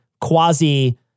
quasi